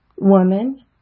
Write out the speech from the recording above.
woman